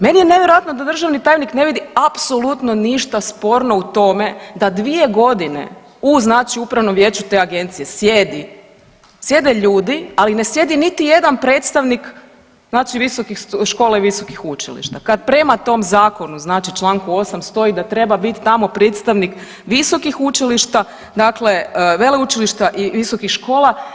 Meni je nevjerojatno da državni tajnik ne vidi apsolutno ništa sporno u tome da 2 godine u znači upravnom vijeću te agencije sjedi, sjede ljudi, ali ne sjedi niti jedan predstavnik znači visokih škola i visokih učilišta kad prema tom zakonu znači Članku 8. stoji da treba biti tamo predstavnik visokih učilišta, dakle veleučilišta i visokih škola.